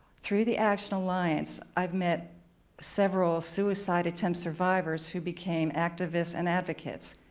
through the action alliance, i've met several suicide attempt survivors who became activists and advocates.